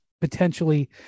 potentially